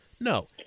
No